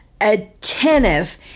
attentive